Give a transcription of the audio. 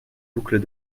boucles